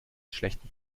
schlechten